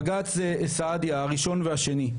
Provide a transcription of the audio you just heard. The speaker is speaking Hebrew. בג"ץ סעדיה הראשון והשני,